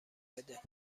بده